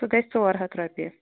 سُہ گژھِ ژور ہَتھ رۄپیہِ